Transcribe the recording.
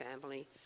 family